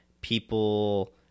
people